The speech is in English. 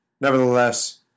nevertheless